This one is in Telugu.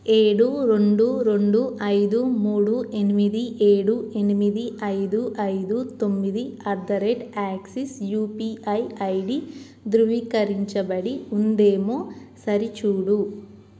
ఏడు రెండు రెండు ఐదు మూడు ఎనిమిది ఏడు ఎనిమిది ఐదు ఐదు తొమ్మిది at the rate Axis UPI ID ధృవీకరించబడి ఉందేమో సరిచూడు